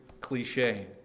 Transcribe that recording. cliche